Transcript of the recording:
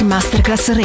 Masterclass